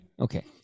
Okay